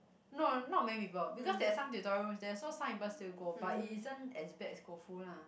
no not many people because there are some tutorial rooms there so some people still go but it isn't as bad as Koufu lah